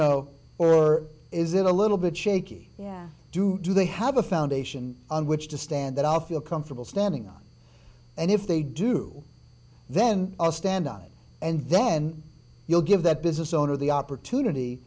know or is it a little bit shaky do do they have a foundation on which to stand that i'll feel comfortable standing on and if they do then i'll stand on it and then you'll give that business owner the opportunity